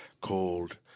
called